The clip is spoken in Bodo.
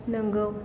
नोंगौ